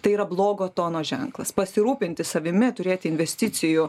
tai yra blogo tono ženklas pasirūpinti savimi turėti investicijų